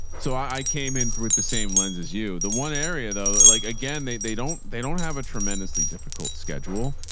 so i came in through, at the same lens as you, the one area though, like again, they, they don't, they don't have a tremendously difficult schedule.